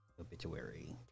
obituary